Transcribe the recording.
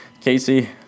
Casey